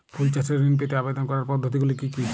ফুল চাষে ঋণ পেতে আবেদন করার পদ্ধতিগুলি কী?